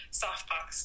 softbox